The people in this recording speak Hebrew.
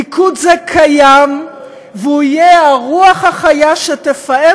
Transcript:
ליכוד זה קיים והוא יהיה הרוח החיה שתפעם